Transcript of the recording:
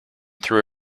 threw